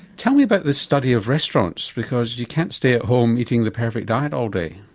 tell me about this study of restaurants because you can't stay at home eating the perfect diet all day?